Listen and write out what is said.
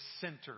center